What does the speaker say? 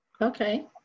okay